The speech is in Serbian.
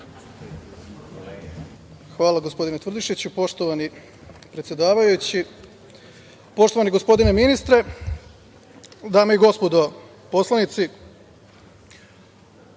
Hvala, gospodine Tvrdišiću. Poštovani predsedavajući, poštovani gospodine ministre, dame i gospodo narodni